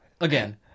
again